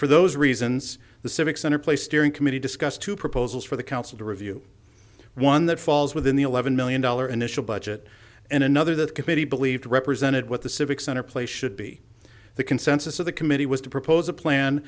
for those reasons the civic center place steering committee discuss two proposals for the council to review one that falls within the eleven million dollar initial budget and another the committee believed represented what the civic center play should be the consensus of the committee was to propose a plan